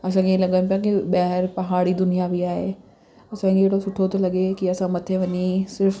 असांखे ईअं लॻनि पिया कि ॿाहिरि पहाड़ी दुनिया बि आहे असांखे अहिड़ो सुठो थो लॻे कि असां मथे वञी सिर्फ़ु